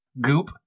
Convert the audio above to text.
goop